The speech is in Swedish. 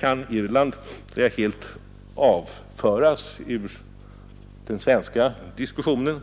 kan Irland helt avföras ur den svenska diskussionen.